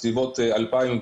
בסביבות 2012,